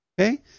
okay